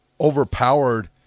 overpowered